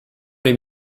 les